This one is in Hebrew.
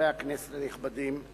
חברי הכנסת הנכבדים,